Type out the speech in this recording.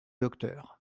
docteur